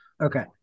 Okay